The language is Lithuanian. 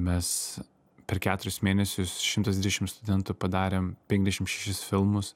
mes per keturis mėnesius šimtas dvidešim studentų padarėm penkiasdešim šešis filmus